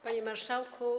Panie Marszałku!